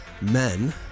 Men